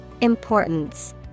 Importance